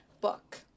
book